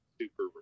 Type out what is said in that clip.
super